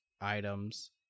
items